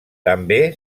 també